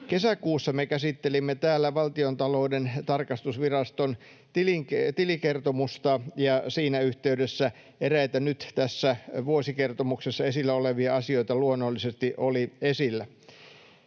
Kesäkuussa me käsittelimme täällä Valtiontalouden tarkastusviraston tilikertomusta, ja siinä yhteydessä eräitä nyt tässä vuosikertomuksessa esillä olevia asioita luonnollisesti oli esillä.